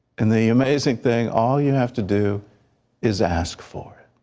and the amazing thing, all you have to do is ask for it.